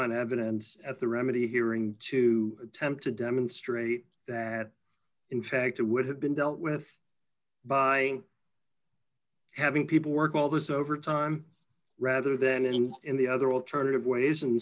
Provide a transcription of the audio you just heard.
on evidence at the remedy hearing to attempt to demonstrate that in fact it would have been dealt with by having people work all this overtime rather than engage in the other alternative ways and